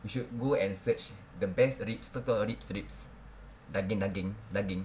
you should go and search the best ribs kau tahu ribs ribs daging daging daging